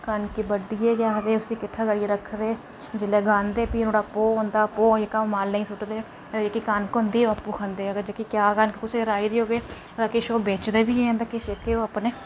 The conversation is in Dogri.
कनक बड्ढियै आखदे उसी किट्ठा भी नुआढ़ा भो होंदा भो जेह्का ओह् मालै ई सुट्टदे कनक होंदी खंदे जेह्की क्याऽ कनक कुसै राही दी हो किश ओह् बेचदे भी किश अपने